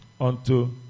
unto